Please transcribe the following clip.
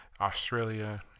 Australia